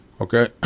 Okay